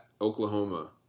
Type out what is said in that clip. Oklahoma